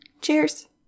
Cheers